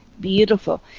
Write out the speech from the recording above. beautiful